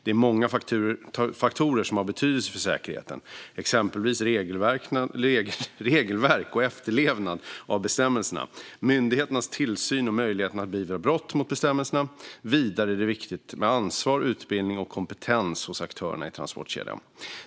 Det är många faktorer som har betydelse för säkerheten, exempelvis regelverk och efterlevnad av bestämmelserna, myndigheternas tillsyn och möjligheten att beivra brott mot bestämmelserna. Vidare är det viktigt med ansvar, utbildning och kompetens hos aktörerna i transportkedjan.